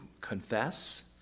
confess